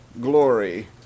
glory